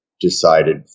Decided